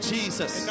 Jesus